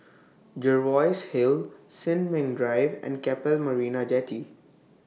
Jervois Hill Sin Ming Drive and Keppel Marina Jetty